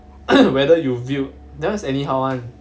whether you view that one is anyhow one